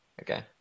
okay